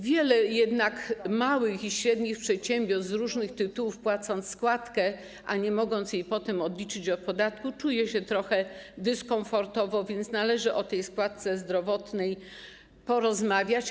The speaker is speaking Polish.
Wiele małych i średnich przedsiębiorstw, z różnych tytułów płacąc składkę, a nie mogąc jej potem odliczyć od podatku, czuje się jednak trochę dyskomfortowo, więc należy o tej składce zdrowotnej porozmawiać.